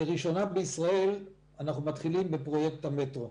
לראשונה בישראל אנחנו מתחילים בפרויקט המטרו.